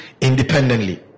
independently